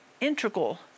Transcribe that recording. integral